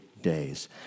days